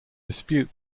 dispute